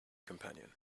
companion